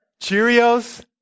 Cheerios